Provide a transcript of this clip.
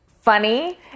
funny